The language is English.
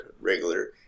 regular